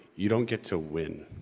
you don't get to win,